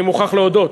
אני מוכרח להודות,